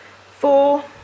Four